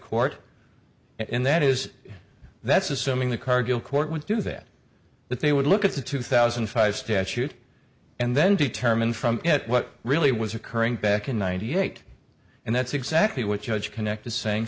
court and that is that's assuming the cargill court would do that that they would look at the two thousand and five statute and then determine from what really was occurring back in ninety eight and that's exactly what you had connected saying